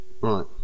right